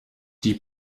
die